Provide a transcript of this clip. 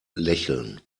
lächeln